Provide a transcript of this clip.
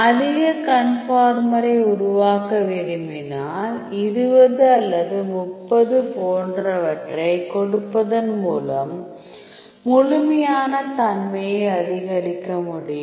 அதிக கன்ஃபார்மரை உருவாக்க விரும்பினால் 20 அல்லது 30 போன்றவற்றைக் கொடுப்பதன் மூலம் முழுமையான தன்மையை அதிகரிக்க முடியும்